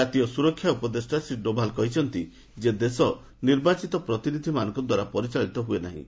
ଜାତୀୟ ସୁରକ୍ଷା ଉପଦେଷ୍ଟା ଶ୍ରୀ ଡୋଭାଲ୍ କହିଛନ୍ତି ଯେ ଦେଶ ନିର୍ବାଚିତ ପ୍ରତିନିଧିମାନଙ୍କ ଦ୍ୱାରା ପରିଚାଳିତ ହୁଏ ନାହିଁ